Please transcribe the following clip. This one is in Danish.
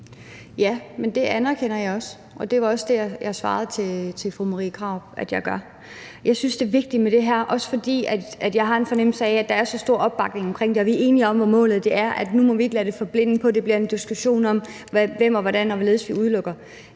(V): Men det anerkender jeg også, og det var også det, jeg svarede til fru Marie Krarup at jeg gør. Jeg synes, det er vigtigt med det her, også fordi jeg har en fornemmelse af, at der er så stor opbakning til det, og at vi er enige om, hvad målet er, så nu må vi ikke lade os se os blinde på det, så det bliver en diskussion om, hvem, hvordan og hvorledes vi udelukker.